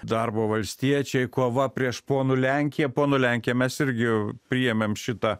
darbo valstiečiai kova prieš ponų lenkiją ponų lenkija mes irgi priėmėm šitą